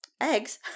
Eggs